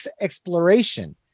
exploration